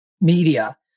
media